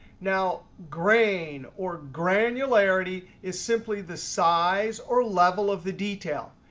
now grain or granularity is simply the size or level of the detail.